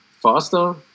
faster